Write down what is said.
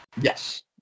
Yes